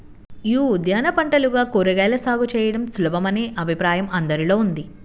యీ ఉద్యాన పంటలుగా కూరగాయల సాగు చేయడం సులభమనే అభిప్రాయం అందరిలో ఉంది